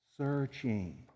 Searching